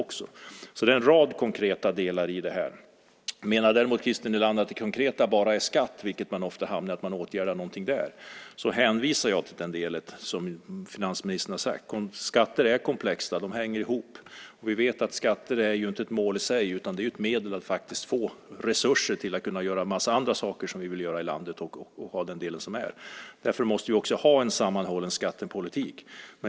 Det finns alltså en rad konkreta delar i detta. Om Christer Nylander däremot menar att det konkreta bara handlar om skatt - ofta hamnar man ju i att man åtgärdar något där - vill jag hänvisa till det som finansministern har sagt. Skatter är komplexa. De hänger ihop. Vi vet ju att skatter inte är ett mål i sig. De är ett medel för att få resurser till andra saker som vi vill göra i landet. Därför måste vi ha en sammanhållen skattepolitik.